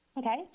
Okay